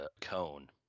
Cone